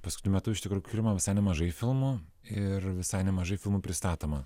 paskutiniu metu iš tikrųjų kuriama visai nemažai filmų ir visai nemažai filmų pristatoma